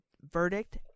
verdict